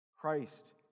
Christ